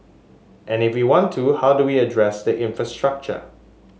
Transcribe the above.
and if we want to how do we address the infrastructure